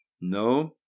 No